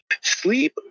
sleep